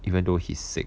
even though he's sick